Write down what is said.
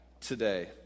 today